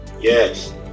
Yes